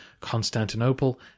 Constantinople